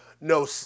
no